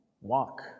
walk